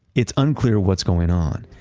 it's unclear what's going on.